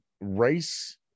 race